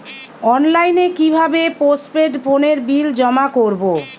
অনলাইনে কি ভাবে পোস্টপেড ফোনের বিল জমা করব?